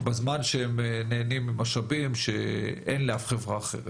בזמן שהם נהנים ממשאבים שאין לאף חברה אחרת,